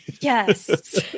yes